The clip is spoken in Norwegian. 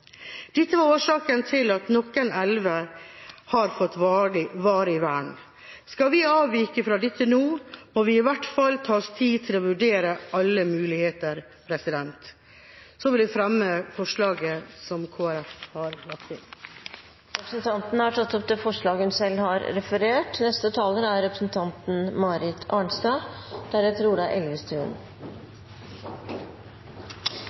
Dette er årsaken til at noen elver har fått varig vern. Skal vi avvike fra dette nå, må vi i hvert fall ta oss tid til å vurdere alle muligheter. Så vil jeg fremme forslaget fra Kristelig Folkeparti, SV og Miljøpartiet De Grønne. Da har representanten Rigmor Andersen Eide tatt opp det forslaget hun